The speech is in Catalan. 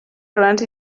grans